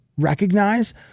recognize